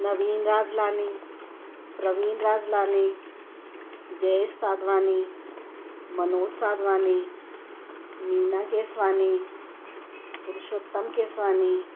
Naveen Rajlani Praveen Rajlani Jayesh Sadhwani Manoj Sadhwani Meena Keswani Purshottam Keswani